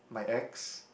my ex